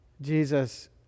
Jesus